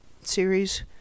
series